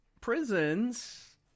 prisons